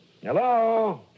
Hello